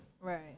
Right